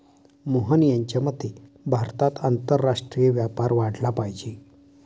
मोहन यांच्या मते भारतात आंतरराष्ट्रीय व्यापार वाढला पाहिजे